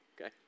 okay